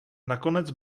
nakonec